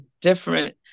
different